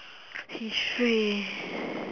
history